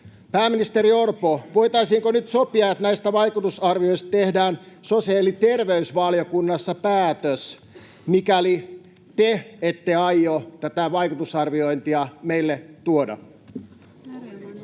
Pääministeri Orpo, voitaisiinko nyt sopia, että näistä vaikutusarvioista tehdään sosiaali- ja terveysvaliokunnassa päätös, mikäli te ette aio tätä vaikutusarviointia meille tuoda?